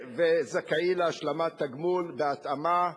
ו"זכאי להשלמת תגמול", בהתאמה.